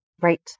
Right